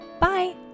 bye